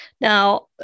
Now